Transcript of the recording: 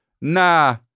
Nah